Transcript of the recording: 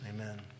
amen